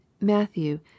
Matthew